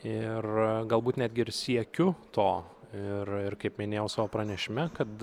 ir galbūt netgi ir siekiu to ir ir kaip minėjau savo pranešime kad